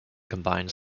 combined